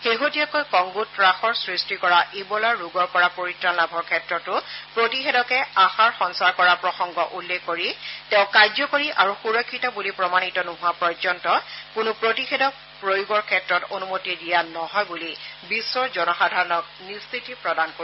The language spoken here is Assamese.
শেহতীয়াকৈ কংগোত ত্ৰাসৰ সুটি কৰা ইবোলা ৰোগৰ পৰা পৰিত্ৰাণ লাভৰ ক্ষেত্ৰতো প্ৰতিষেধকে আশাৰ সঞ্চাৰ কৰাৰ প্ৰসংগ উল্লেখ কৰি তেওঁ কাৰ্যকৰী আৰু সুৰক্ষিত বুলি প্ৰমাণিত নোহোৱা পৰ্যন্ত কোনো প্ৰতিষেধক প্ৰয়োগৰ ক্ষেত্ৰত অনুমতি দিয়া নহয় বুলি বিশ্বৰ জনসাধাৰণক নিশ্চিতি প্ৰদান কৰে